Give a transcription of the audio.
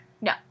No